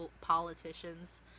politicians